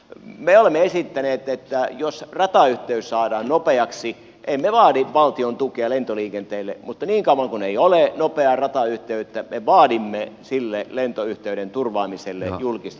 me olemme esittäneet että jos ratayhteys saadaan nopeaksi emme vaadi valtion tukea lentoliikenteelle mutta niin kauan kuin ei ole nopeaa ratayhteyttä me vaadimme sille lentoyhteyden turvaamiselle julkista tukea